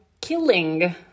killing